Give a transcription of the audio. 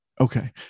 Okay